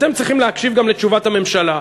אתם צריכים להקשיב גם לתשובת הממשלה.